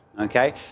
Okay